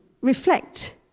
reflect